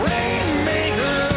Rainmaker